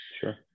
Sure